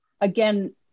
again